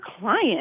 client